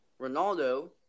Ronaldo